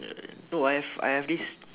ya man no I have I have this